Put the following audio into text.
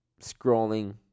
scrolling